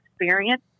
experience